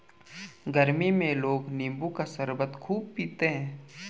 गरमी में लोग नींबू का शरबत खूब पीते है